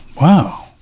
Wow